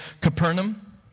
Capernaum